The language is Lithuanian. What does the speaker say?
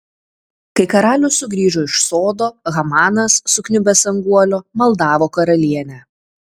kai karalius sugrįžo iš sodo hamanas sukniubęs ant guolio maldavo karalienę